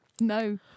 No